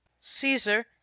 caesar